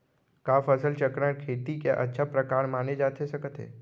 का फसल चक्रण, खेती के अच्छा प्रकार माने जाथे सकत हे?